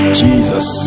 jesus